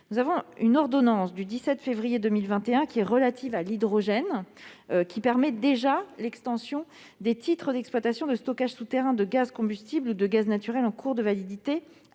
d'hydrogène. Une ordonnance du 17 février 2021 relative à l'hydrogène permet déjà l'extension des titres d'exploitation de stockage souterrain de gaz combustible ou de gaz naturel en cours de validité